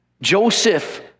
Joseph